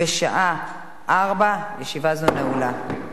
אני קובעת שהצעת החוק הזו עברה את הקריאה הראשונה,